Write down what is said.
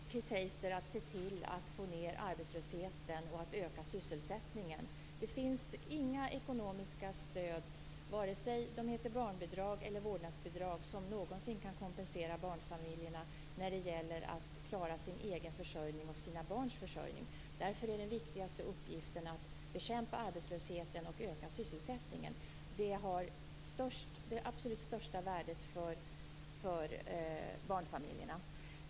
Fru talman! Det är framför allt viktigt, Chris Heister, att se till att få ned arbetslösheten och öka sysselsättningen. Det finns inga ekonomiska stöd, vare sig de heter barnbidrag eller vårdnadsbidrag, som någonsin kan kompensera barnfamiljerna när det gäller att klara sin egen försörjning och sina barns försörjning. Därför är den viktigaste uppgiften att bekämpa arbetslösheten och öka sysselsättningen. Det har det absolut största värdet för barnfamiljerna.